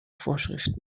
vorschriften